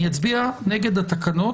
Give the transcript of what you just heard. אני אצביע נגד התקנות,